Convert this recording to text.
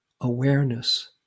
awareness